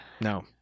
No